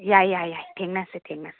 ꯌꯥꯏ ꯌꯥꯏ ꯌꯥꯏ ꯊꯦꯡꯅꯁꯦ ꯊꯦꯡꯅꯁꯦ